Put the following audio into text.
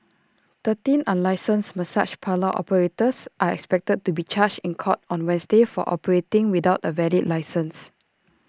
thirteen unlicensed massage parlour operators are expected to be charged in court on Wednesday for operating without A valid licence